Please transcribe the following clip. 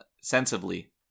sensibly